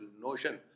notion